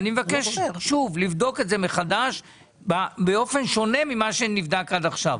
אני מבקש שוב לבדוק את זה מחדש באופן שונה ממה שנבדק עד עכשיו.